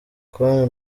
com